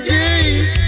days